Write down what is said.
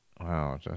Wow